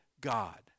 God